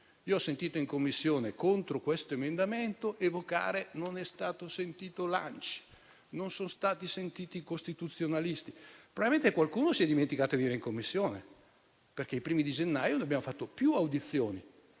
Io ho sentito in Commissione, contro questo emendamento, evocare che non è stato sentito l'ANCI, che non sono stati sentiti i costituzionalisti. Evidentemente qualcuno si è dimenticato di venire in Commissione, perché ai primi di gennaio noi abbiamo avuto più audizioni.